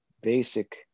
basic